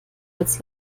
als